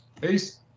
peace